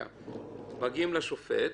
מגיעים לשופט,